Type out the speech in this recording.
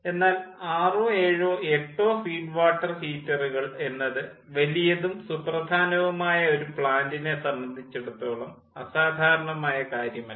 എന്നാൽ ആറോ ഏഴോ എട്ടോ ഫീഡ് വാട്ടർ ഹീറ്ററുകൾ എന്നത് വലിയതും സുപ്രധാനവുമായ ഒരു പ്ലാൻ്റിനെ സംബന്ധിച്ചിടത്തോളം അസാധാരണമായ കാര്യമല്ല